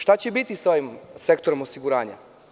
Šta će biti sa ovim sektorom osiguranja?